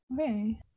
Okay